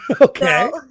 okay